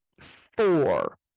four